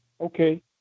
Okay